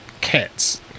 cats